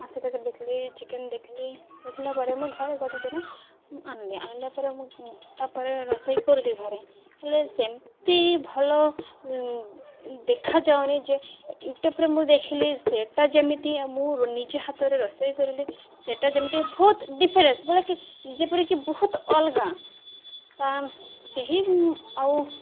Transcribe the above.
ମାଛ ତରକାରି ଦେଖିଲି ଚିକେନ୍ ଦେଖିଲି ଦେଖିଲା ପରେ ମୁଁ ଘରେ ଗୋଟେ ଦିନ ମୁଁ ଆଣିଲି ଆଣିଲା ପରେ ମୁଁ ତାପରେ ରୋଷେଇ କରିଲିି ଘରେ ହେଲେ ସେମିତି ଭଲ ଦେଖାଯାଉନି ଯେ ୟୁଟ୍ୟୁବ୍ରେ ମୁଁ ଦେଖିଲି ସେଇଟା ଯେମିତି ମୁଁ ନିଜେ ହାତରେ ରୋଷେଇ କରିଲି ସେଇଟା ଯେମିତି ବହୁତ ଡିଫରେନ୍ସ ବୋଲେ ଯେପରିକି ବହୁତ ଅଲଗା ତା' ସେହି ଆଉ